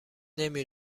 نمی